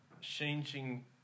changing